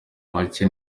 make